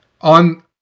on